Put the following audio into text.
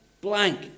blank